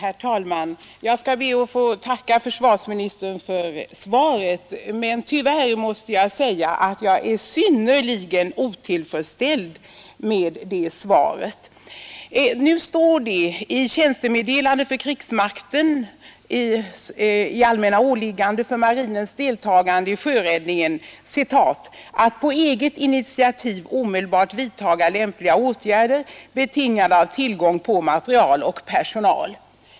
Herr talman! Jag skall be att få tacka försvarsministern för svaret på min enkla fråga. Tyvärr måste jag säga att jag är synnerligen otillfredsställd med detta svar. Enligt tjänstemeddelanden för krigsmakten ingår det i allmänna åligganden för marinens deltagande i sjöräddning att ”på eget initiativ omedelbart vidtaga lämpliga åtgärder betingade av tillgång på material och personal”.